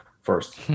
first